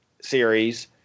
series